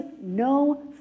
no